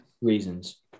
reasons